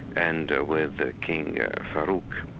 and with ah king yeah farouk.